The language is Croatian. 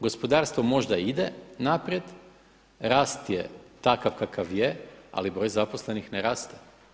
Gospodarstvo možda ide naprijed, rast je takav kakav je ali broj zaposlenih ne raste.